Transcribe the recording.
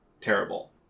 terrible